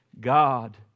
God